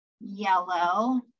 yellow